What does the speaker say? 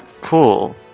Cool